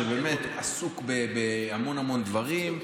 שעסוק בהמון המון דברים,